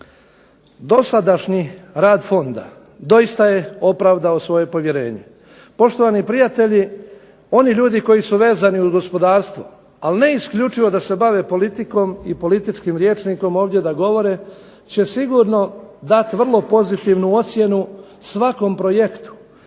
dosadašnji rad fonda doista je opravdao svoje povjerenje. Poštovani prijatelji oni ljudi koji su vezani uz gospodarstvo, ali ne isključivo da se bave politikom i političkim rječnikom ovdje da govore će sigurno dati vrlo pozitivnu ocjenu svakom projektu